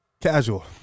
Casual